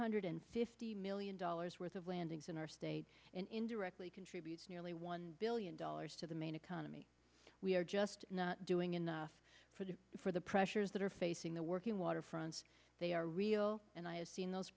hundred fifty million dollars worth of landings in our state and indirectly contributes nearly one billion dollars to the maine economy we are just not doing enough for the for the pressures that are facing the working waterfronts they are real and i have seen those